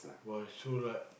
!wah! so right